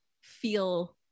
feel